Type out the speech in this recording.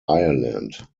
ireland